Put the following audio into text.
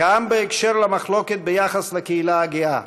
גם בהקשר למחלוקת ביחס לקהילה הגאה.